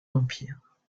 l’empire